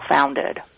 founded